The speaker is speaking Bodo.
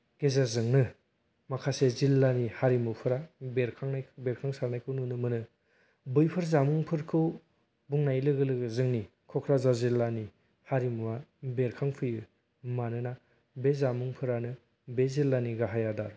गेजेरजोंनो माखासे जिल्लानि हारिमुफोरा बेरखांसारनायखौ नुनो मोनो बैफोर जामुंफोरखौ बुंनाय लोगो लोगो जोंनि क'क्राझार जिल्लानि हारिमुआ बेरखां फैयो मानोना बे जामुंफोरानो बे जिल्लानि गाहाइ आदार